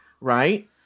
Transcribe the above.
right